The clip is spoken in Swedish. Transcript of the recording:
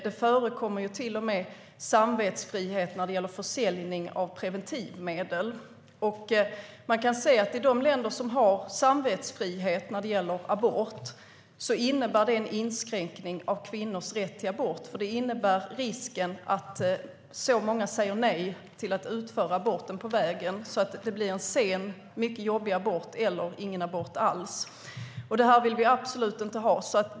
Det förekommer till och med samvetsfrihet när det gäller försäljning av preventivmedel. Man kan se att i de länder som har samvetsfrihet när det gäller abort innebär det en inskränkning av kvinnors rätt till abort. Det innebär en risk att så många på vägen säger nej till att utföra aborten att det blir en sen mycket jobbig abort eller ingen abort alls. Det vill vi absolut inte ha.